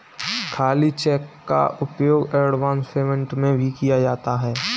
खाली चेक का उपयोग एडवांस पेमेंट में भी किया जाता है